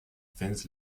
finns